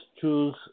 choose